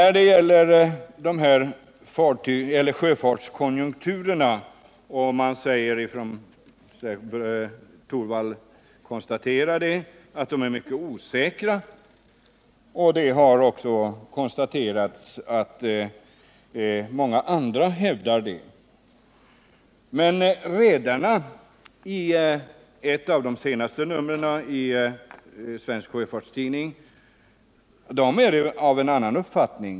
Rune Torwald konstaterade att sjöfartskonjunkturerna är mycket osäkra. Det hävdar många andra också. Men av ett av de senaste numren av Svensk Sjöfartstidning framgår att redarna är av en annan uppfattning.